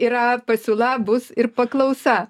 yra pasiūla bus ir paklausa